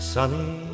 Sunny